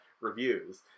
reviews